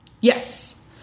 Yes